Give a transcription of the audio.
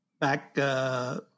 back